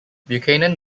buchanan